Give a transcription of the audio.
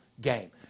game